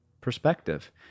perspective